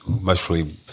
mostly